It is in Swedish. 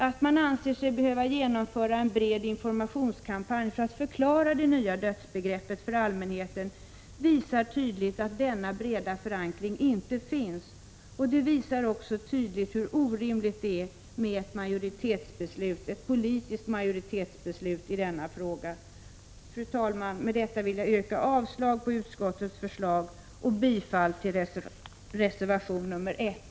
Att man anser sig behöva genomföra en bred informationskampanj för att förklara det nya dödsbegreppet för allmänheten visar tydligt att denna breda förankring inte finns, och det visar också tydligt hur orimligt det är med ett politiskt majoritetsbeslut i denna fråga. Fru talman! Med detta vill jag yrka avslag på utskottets förslag och bifall till reservation nr 1.